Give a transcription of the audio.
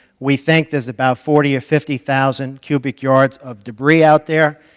we think there's about forty or fifty thousand cubic yards of debris out there,